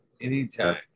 Anytime